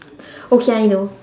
okay I know